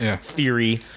theory